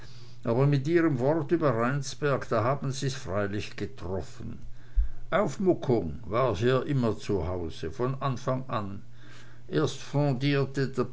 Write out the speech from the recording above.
aber mit ihrem wort über rheinsberg da haben sie's freilich getroffen aufmuckung war hier immer zu hause von anfang an erst